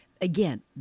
again